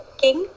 king